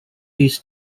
this